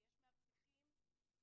יש מאבטחים,